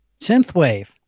synthwave